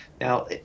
Now